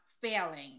failing